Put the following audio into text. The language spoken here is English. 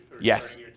Yes